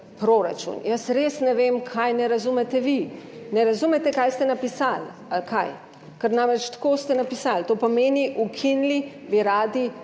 proračun. Jaz res ne vem kaj ne razumete vi, ne razumete kaj ste napisali ali kaj, ker namreč tako ste napisali. To pomeni, ukinili bi radi